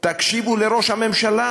תקשיבו לראש הממשלה,